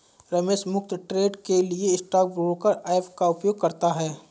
रमेश मुफ्त ट्रेड के लिए स्टॉक ब्रोकर ऐप का उपयोग करता है